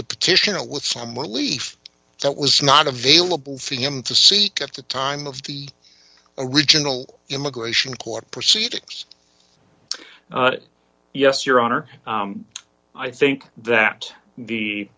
the petitioner with somewhat leaf that was not available for him to seek at the time of the original immigration court proceedings yes your honor i think that the